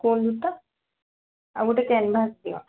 school ଜୋତା ଆଉ ଗୋଟେ କାନଭାସ୍ ଦିଅ